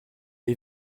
est